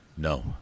No